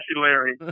Larry